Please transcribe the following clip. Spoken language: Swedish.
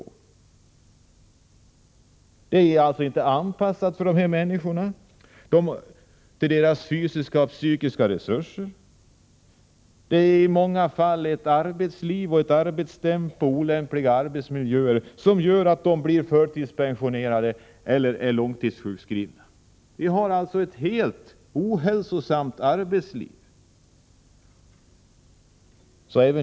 Arbetslivet är inte anpassat till dessa människor, till deras fysiska och psykiska resurser. I många fall är det arbetslivet, arbetstempot eller en olämplig arbetsmiljö som gör att de blir förtidspensionerade eller långtidssjukskrivna. Vi har alltså ett helt ohälsosamt arbetsliv.